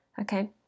okay